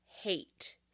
hate